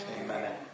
amen